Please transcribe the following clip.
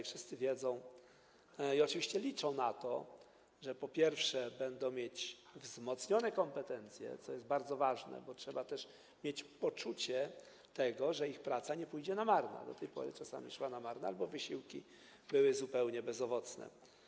Wszyscy oczywiście liczą na to, że będą mieć wzmocnione kompetencje, co jest bardzo ważne, bo trzeba też mieć poczucie, że ich praca nie pójdzie na marne, a do tej pory czasami szła na marne albo wysiłki były zupełnie bezowocne.